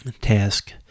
task